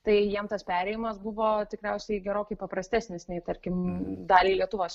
tai jiem tas perėjimas buvo tikriausiai gerokai paprastesnis nei tarkim daliai lietuvos